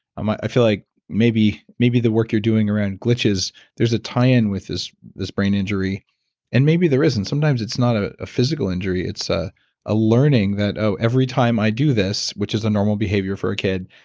um i i feel like maybe maybe the work you're doing around glitches, there's a tie in with this this brain injury and maybe there isn't, sometimes it's not a a physical injury, it's a a learning that oh every time i do this, which is a normal behavior for a kid,